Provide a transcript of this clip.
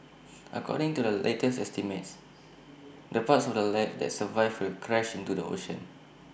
according to the latest estimates the parts of the lab that survive will crash into the ocean